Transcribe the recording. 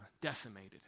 decimated